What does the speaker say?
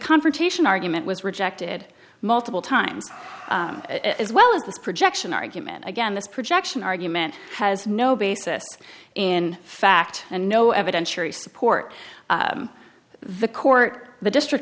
confrontation argument was rejected multiple times as well as this projection argument again this projection argument has no basis in fact and no evidentiary support the court the district